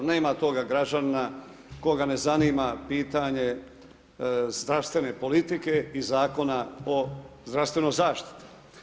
Nema toga građanina koga ne zanima pitanje zdravstvene politike i Zakona o zdravstvenoj zaštiti.